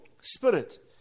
spirit